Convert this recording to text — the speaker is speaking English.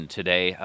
today